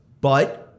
But-